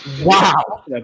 Wow